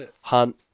Hunt